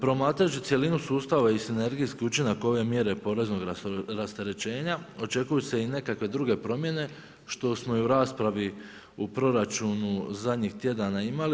Promatrajući cjelinu sustava i sinergijski učinak ove mjere poreznog rasterećenja očekuju se i nekakve druge promjene što smo i u raspravi u proračunu zadnjih tjedana imali.